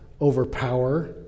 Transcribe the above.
overpower